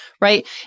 right